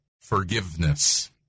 forgiveness